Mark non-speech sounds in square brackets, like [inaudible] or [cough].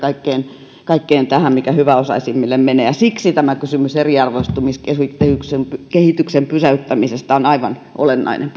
kaikkeen tähän mikä hyväosaisimmille menee siksi tämä kysymys eriarvoistumiskehityksen pysäyttämisestä on aivan olennainen [unintelligible]